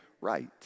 right